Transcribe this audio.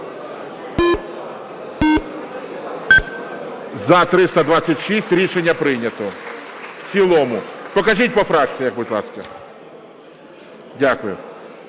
За-326 Рішення прийнято в цілому. Покажіть по фракціям, будь ласка. Дякую.